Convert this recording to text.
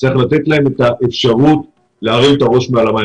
צריך לתת להן את האפשרות להרים את הראש מעל המים.